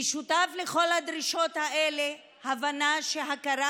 המשותף לכל הדרישות האלה הוא ההבנה שהכרה